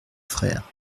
frères